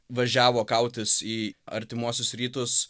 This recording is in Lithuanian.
važiavo kautis į artimuosius rytus